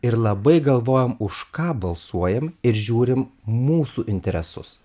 ir labai galvojam už ką balsuojam ir žiūrim mūsų interesus